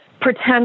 Pretend